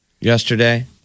yesterday